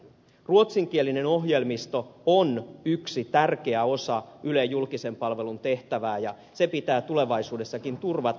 ruotsinkielinen ohjelmisto on yksi tärkeä osa ylen julkisen palvelun tehtävää ja se pitää tulevaisuudessakin turvata